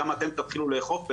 גם אתם תתחילו לאכוף,